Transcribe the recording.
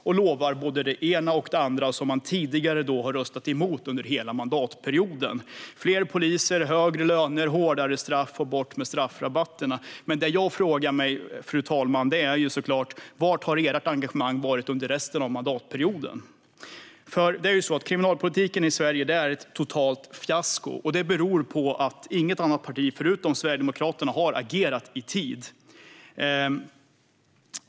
Man lovar både det ena och det andra som man har röstat emot under hela mandatperioden: fler poliser, högre löner, hårdare straff och bort med straffrabatterna. Var har det engagemanget varit under resten av mandatperioden, fru talman? Kriminalpolitiken i Sverige är ett totalt fiasko. Det beror på att inget annat parti än Sverigedemokraterna har agerat i tid.